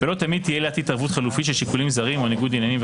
ולא תמיד תהיה עילת התערבות חלופית של שיקולים זרים או ניגוד עניינים,